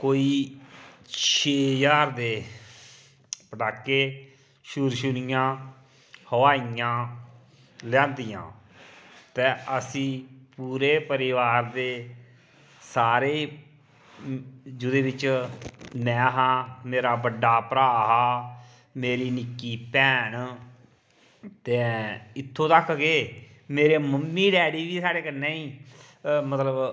कोई छे ज्हार दे पटाके छुरछुरियां हवाइयां लेआंदियां ते असी पूरे परिवार दे सारे जोह्दे बिच में हा मेरा बड्डा भ्राऽ हा मेरी निक्की भैन ते इत्थूं तक के मेरे मम्मी डैडी बी साढ़े कन्नै ई मतलब